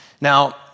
Now